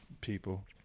People